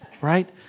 right